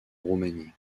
roumanie